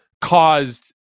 caused